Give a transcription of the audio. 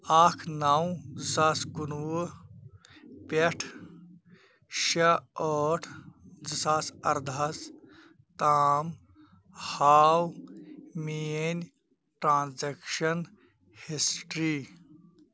اَکھ نو زٕ ساس کُنوُہ پٮ۪ٹھ شیٚے ٲٹھ زٕ ساس اَرداہَس تام ہاو میٛٲنۍ ٹرٛانٛزیکشن ہِسٹری